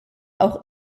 auch